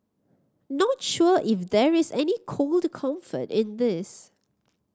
not sure if there is any cold comfort in this